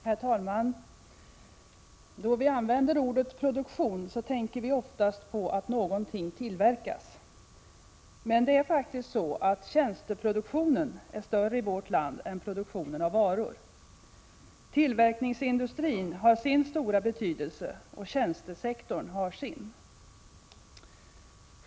Herr talman! Då vi använder ordet produktion tänker vi oftast på att någonting tillverkas. Men det är faktiskt så att tjänsteproduktionen är större i vårt land än produktionen av varor. Tillverkningsindustrin har sin stora betydelse — och tjänstesektorn har sin.